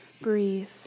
Breathe